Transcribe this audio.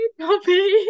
coffee